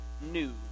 news